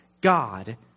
God